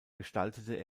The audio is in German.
gestaltete